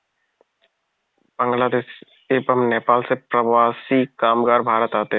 बांग्लादेश एवं नेपाल से प्रवासी कामगार भारत आते हैं